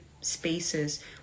spaces